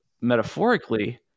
metaphorically